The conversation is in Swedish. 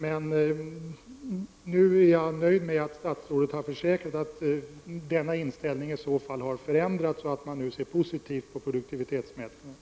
Men jag är nöjd med att statsrådet har försäkrat att denna inställning i så fall har förändrats och att man nu ser positivt på produktivitetsmätningar.